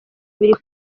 biri